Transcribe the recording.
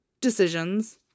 decisions